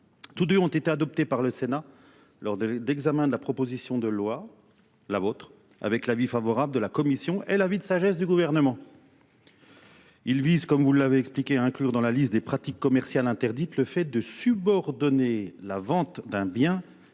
Tous deux ont été adoptés par le Sénat lors d'examen de la proposition de loi, la vôtre, avec la vie favorable de la Commission et la vie de sagesse du gouvernement. Il vise, comme vous l'avez expliqué, à inclure dans la liste des pratiques commerciales interdites, le fait de subordonner la vente d'un bien